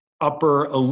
upper